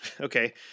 okay